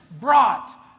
brought